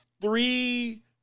three